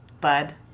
bud